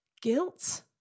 Guilt